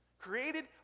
created